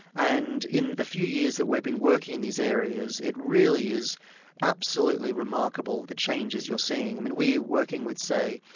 and in the few years that we've been working these areas, it really is absolutely remarkable the changes you are seeing. we were working with, say,